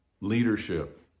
leadership